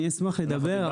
אני אשמח לדבר,